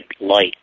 light